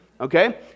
Okay